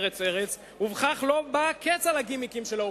אחר כך התחילו ה"ברוגז".